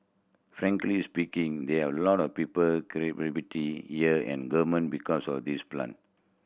frankly speaking they have a lot of people credibility here in government because of these plant